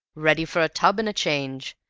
ready for a tub and a change,